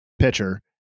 pitcher